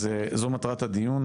אז זה מטרת הדיון,